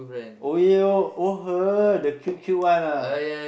oh yeah her the cute cute one ah